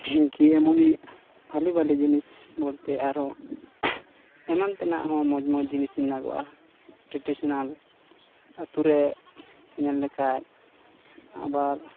ᱰᱷᱤᱝᱠᱤ ᱮᱢᱚᱱᱤ ᱵᱷᱟᱞᱮ ᱵᱷᱟᱞᱮ ᱡᱤᱱᱤᱥ ᱵᱚᱞᱛᱮ ᱟᱨᱚ ᱮᱢᱟᱱ ᱛᱮᱱᱟᱜ ᱦᱚᱸ ᱢᱚᱡᱽ ᱢᱚᱡᱽ ᱡᱤᱱᱤᱥ ᱢᱮᱱᱟᱜᱚᱜᱼᱟ ᱴᱨᱮᱰᱤᱥᱚᱱᱟᱞ ᱟᱛᱳᱨᱮ ᱧᱮᱞ ᱞᱮᱠᱷᱟᱡ ᱟᱵᱟᱨ